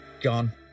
gone